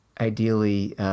ideally